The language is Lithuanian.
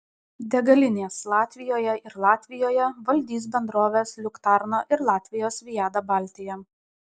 degalinės latvijoje ir latvijoje valdys bendrovės luktarna ir latvijos viada baltija